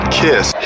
kiss